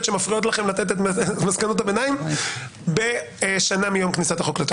שמפריעות לכם לתת את מסקנות הביניים שנה מיום כניסת החוק לתוקף.